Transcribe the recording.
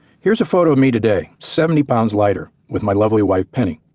here's a photo of me today seventy pounds lighter with my lovely wife penny.